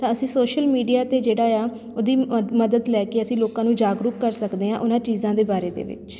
ਤਾਂ ਅਸੀਂ social media 'ਤੇ ਜਿਹੜਾ ਆ ਉਹਦੀ ਮ ਮਦਦ ਲੈ ਕੇ ਅਸੀਂ ਲੋਕਾਂ ਨੂੰ ਜਾਗਰੂਕ ਕਰ ਸਕਦੇ ਹਾਂ ਉਹਨਾਂ ਚੀਜ਼ਾਂ ਦੇ ਬਾਰੇ ਦੇ ਵਿੱਚ